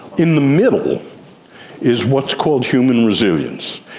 in the middle is what's called human resilience.